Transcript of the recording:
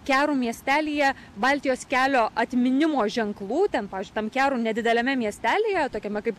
kerų miestelyje baltijos kelio atminimo ženklų ten pavyzdžiui tam kerų nedideliame miestelyje tokiame kaip